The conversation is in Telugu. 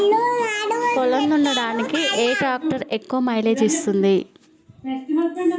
పొలం దున్నడానికి ఏ ట్రాక్టర్ ఎక్కువ మైలేజ్ ఇస్తుంది?